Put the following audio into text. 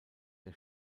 der